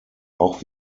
auch